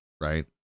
Right